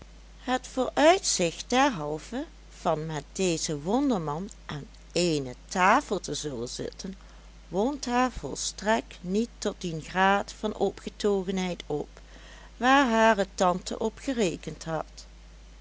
het vooruitzicht derhalve van met dezen wonderman aan ééne tafel te zullen zitten wond haar volstrekt niet tot dien graad van opgetogenheid op waar hare tante op gerekend had